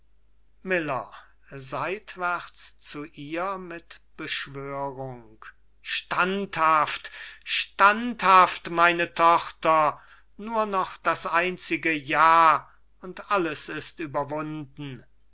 standhaft standhaft meine tochter nur noch das einzige ja und alles ist überwunden